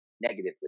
negatively